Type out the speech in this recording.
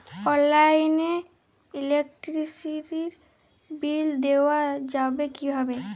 অনলাইনে ইলেকট্রিসিটির বিল দেওয়া যাবে কিভাবে?